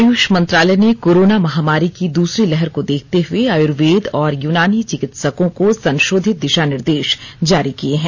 आयुष मंत्रालय ने कोरोना महामारी की दूसरी लहर को देखते हुए आयुर्वेद और यूनानी चिकित्सकों को संशोधित दिशा निर्देश जारी किए हैं